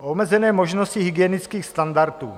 Omezené možnosti hygienických standardů.